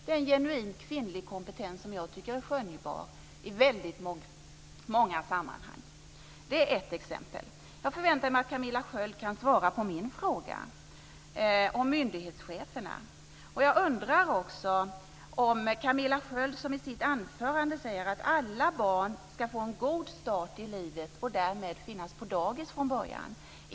Det är en genuint kvinnlig kompetens som jag tycker är skönjbar i väldigt många sammanhang. Det är ett exempel. Jag förväntar mig att Camilla Sköld Jansson kan svara på min fråga om myndighetscheferna. Camilla Sköld Jansson säger i sitt anförande att alla barn ska få en god start i livet och därmed finnas på dagis från början.